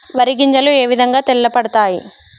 వరి గింజలు ఏ విధంగా తెల్ల పడతాయి?